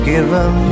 Given